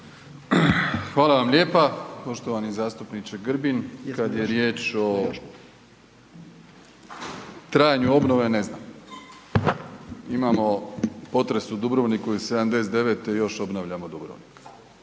Hvala vam lijepa poštovani zastupniče Grbin, kad je riječ o trajanju obnove ne znam. Imamo potres u Dubrovniku iz '79. i još obnavljamo Dubrovnik,